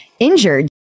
injured